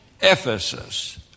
Ephesus